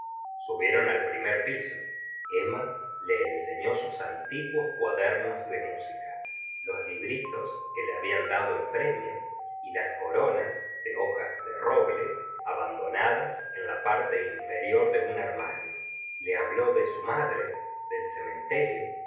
subieron al primer piso emma je ensettó sus antiguos cuadernos de música los li britos que le hablan dado en premio y las coronas de hojas de roble abandonadas en la parte inferior de un armario le habló de su madre del cementerio